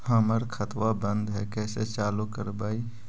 हमर खतवा बंद है कैसे चालु करवाई?